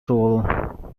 soul